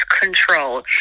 control